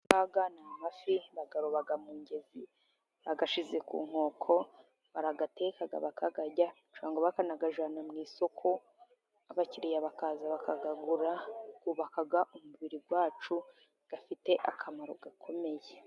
Aya ngaya ni amafi, bayaroba mu ngezi, bayashize ku nkoko, barayateka bakayarya cyangwa bakayajyana mu isoko, abakiriya bakaza bakagagurira bubakaga umubiri wacu gafite akamaro gakomeye